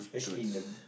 towards